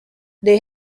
they